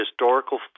historical